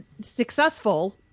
successful